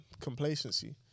complacency